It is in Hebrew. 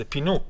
זה פינוק,